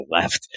left